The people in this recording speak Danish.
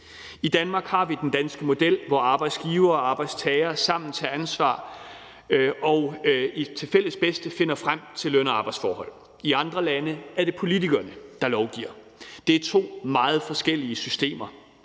I Danmark har vi den danske model, hvor arbejdsgivere og arbejdstagere sammen tager ansvar og til fælles bedste finder frem til løn- og arbejdsforhold. I andre lande er det politikerne, der lovgiver. Det er to meget forskellige systemer.